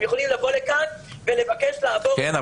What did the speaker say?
הם יכולים לבוא לכאן ולבקש לעבור --- כן,